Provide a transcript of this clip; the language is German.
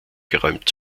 geräumt